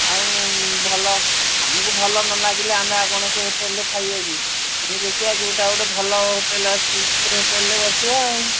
ଆଉ ଭଲ ଆମକୁ ଭଲ ନ ଲାଗିଲେ ଆମେ ଆଉ କ'ଣ ସେ ହୋଟେଲ୍ରେ ଖାଇବାକି ଆମେ ଦେଖିିବା ଯେଉଁଟା ଗୋଟେ ଭଲ ହୋଟେଲ୍ ଅଛି ସେଇ ହୋଟେଲ୍ରେ ବସିବା ଆଉ